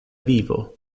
vivo